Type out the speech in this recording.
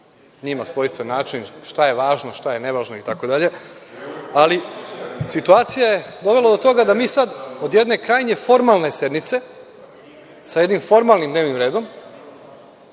njima svojstven način šta je važno, a šta je nevažno itd. Ali, situacija je dovelo do toga da mi sada od jedne krajnje formalne sednice, sa jednim formalnim dnevnim redom